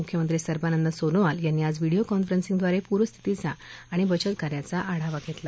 म्ख्यमंत्री सर्बानंद सोनोवाल यांनी आज व्हिडिओ कॉन्फरेनसद्वारे प्र स्थितीचा आणि बचत कार्यचा आढावा घेतला